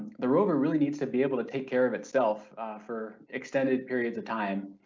the rover really needs to be able to take care of itself for extended periods of time.